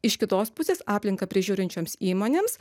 iš kitos pusės aplinką prižiūrinčioms įmonėms